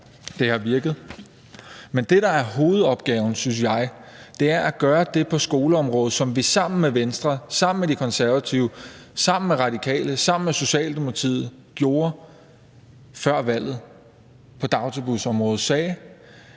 Det har virket. Men det, der er hovedopgaven, synes jeg er at gøre det på skoleområdet, som vi sammen med Venstre, sammen med De Konservative, sammen med Radikale og sammen med Socialdemokratiet gjorde før valget på dagtilbudsområdet. Vi sagde,